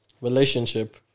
Relationship